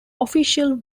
official